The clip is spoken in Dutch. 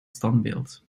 standbeeld